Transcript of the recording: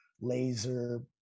laser